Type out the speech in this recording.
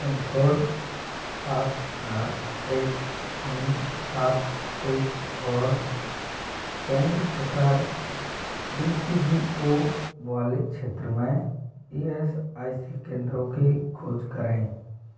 pin code सात चार एक शून्य सात एक और केंद्र प्रकार डी सी बी ओ वाले क्षेत्र में ई एस आई सी केंद्रों की खोज करें